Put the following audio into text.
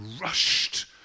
rushed